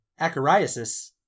acariasis